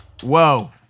whoa